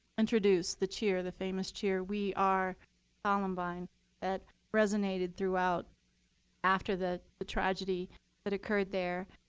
introduced the cheer, the famous cheer, we are columbine that resonated throughout after the the tragedy that occurred there.